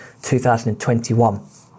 2021